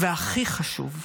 והכי חשוב,